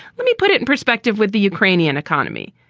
let me put it in perspective with the ukrainian economy.